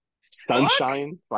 Sunshine